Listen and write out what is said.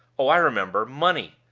oh, i remember money.